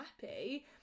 happy